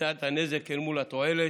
במידת הנזק אל מול התועלת.